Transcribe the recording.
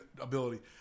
ability